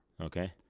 Okay